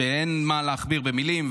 אין מה להכביר במילים,